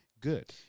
good